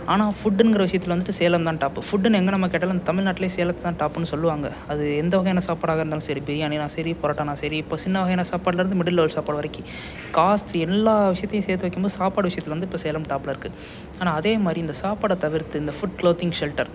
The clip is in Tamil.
ஆனால் ஃபுட்டுங்கிற விஷயத்துல வந்துட்டு சேலம் தான் டாப்பு ஃபுட்டுன்னு எங்கள் நம்ம எங்கே கேட்டாலும் தமிழ்நாட்டிலே சேலத்தைதான் டாப்புன்னு சொல்லுவாங்க அது எந்த வகையான சாப்பாடாக இருந்தாலும் சரி பிரியாணினால் சரி பரோட்டானால் சரி இப்போ சின்ன வகையான சாப்பாடிலேருந்து மிடில் லெவல் சாப்பாடு வரைக்கும் காசு எல்லா விஷயத்தையும் சேர்த்து வைக்கும்போது சாப்பாடு விஷயத்தில் வந்து இப்போ சேலம் டாப்பில் இருக்குது ஆனால் அதே மாதிரி இந்த சாப்பாடை தவிர்த்து இந்த ஃபுட் க்ளோத்திங் ஷெல்ட்டர்